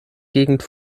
gegend